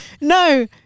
No